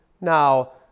Now